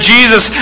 Jesus